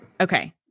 Okay